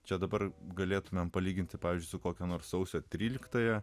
čia dabar galėtumėme palyginti pavyzdžiui su kokia nors sausio tryliktąja